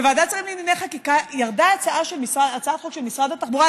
בוועדת השרים לענייני חקיקה ירדה הצעת חוק של משרד התחבורה,